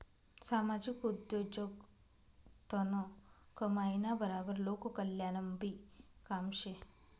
सामाजिक उद्योगजगतनं कमाईना बराबर लोककल्याणनंबी काम शे